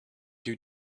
you